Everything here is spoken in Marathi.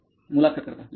मुलाखत कर्ता लेखन